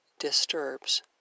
disturbs